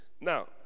Now